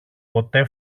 ποτέ